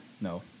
No